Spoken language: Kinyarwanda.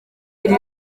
iri